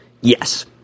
Yes